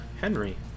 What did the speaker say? Henry